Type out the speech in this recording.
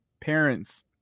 parents